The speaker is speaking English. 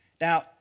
Now